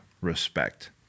respect